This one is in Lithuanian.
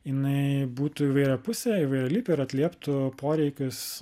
jinai būtų įvairiapusė įvairialypė ir atlieptų poreikius